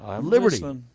liberty